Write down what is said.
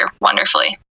wonderfully